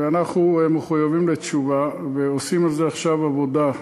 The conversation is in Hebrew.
ואנחנו מחויבים לתשובה, ועושים על זה עכשיו עבודה,